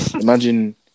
imagine